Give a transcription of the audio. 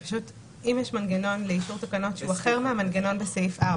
שאם יש מנגנון לאישור תקנות אחר שהוא אחר מזה שבסעיף 4